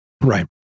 Right